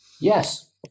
Yes